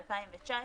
ב-2019,